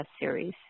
series